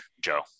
Joe